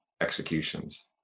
executions